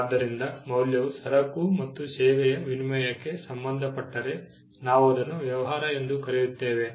ಆದ್ದರಿಂದ ಮೌಲ್ಯವು ಸರಕು ಮತ್ತು ಸೇವೆಯ ವಿನಿಮಯಕ್ಕೆ ಸಂಬಂಧಪಟ್ಟರೆ ನಾವು ಅದನ್ನು ವ್ಯವಹಾರ ಎಂದು ಕರೆಯುತ್ತೇವೆ